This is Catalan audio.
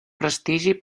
prestigi